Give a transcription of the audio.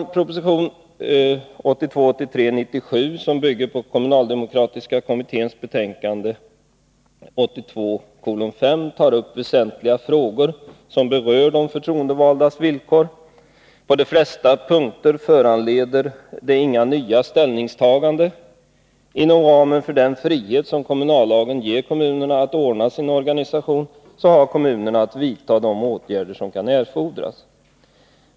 I proposition 1982/83:97, som bygger på kommunaldemokratiska kommitténs betänkande 1982:5, tas upp väsentliga frågor som berör de förtroendevaldas villkor. På de flesta punkter föranleder det inga nya ställningstaganden. Inom ramen för den frihet som kommunallagen ger kommunerna att ordna sin organisation har kommunerna att vidtaga de åtgärder som kan erfordras.